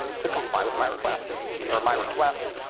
to comply with my request or my requests.